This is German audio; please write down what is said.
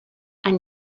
ein